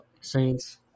Saints